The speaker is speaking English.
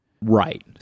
Right